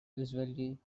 usually